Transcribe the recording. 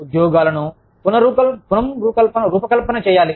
ఉద్యోగాలను పున రూపకల్పన చేయాలి